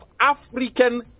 African